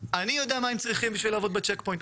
אני יודע מה הם צריכים בשביל לעבוד בצ'ק פוינט,